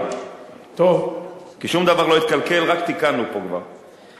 כי שום דבר לא התקלקל, רק תיקנו פה כבר.